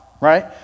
right